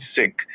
sick